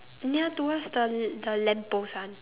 near towards the l~ the lamp post one